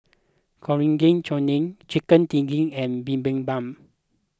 Chutney Chicken and Bibimbap